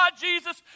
Jesus